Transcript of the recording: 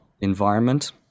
environment